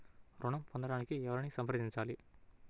ఋణం పొందటానికి ఎవరిని సంప్రదించాలి?